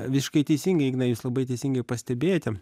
visiškai teisingai ignai jūs labai teisingai pastebėjote